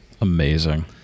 amazing